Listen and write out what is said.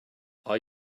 are